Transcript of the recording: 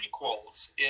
prequels